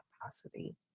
capacity